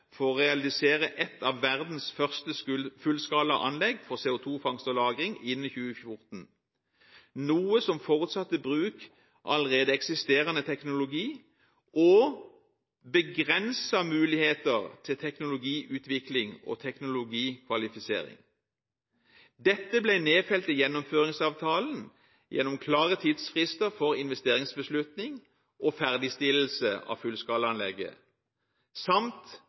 for å realisere et av verdens første fullskalaanlegg for CO2-fangst og -lagring innen 2014, noe som forutsatte bruk av allerede eksisterende teknologi og begrensede muligheter til teknologiutvikling og teknologikvalifisering. Dette ble nedfelt i Gjennomføringsavtalen gjennom klare tidsfrister for investeringsbeslutning og ferdigstillelse av fullskalaanlegget samt